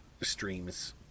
streams